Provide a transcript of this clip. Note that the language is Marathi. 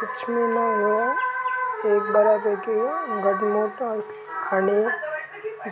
पश्मीना ह्यो एक बऱ्यापैकी घटमुट आणि